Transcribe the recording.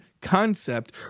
concept